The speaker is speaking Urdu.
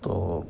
تو